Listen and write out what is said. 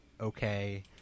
okay